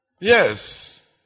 Yes